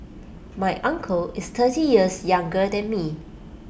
my uncle is thirty years younger than me